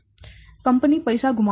ત્યાં કંપની પૈસા ગુમાવશે